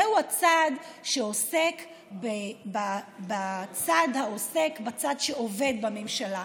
זהו הצעד שעוסק בצד שעובד בממשלה,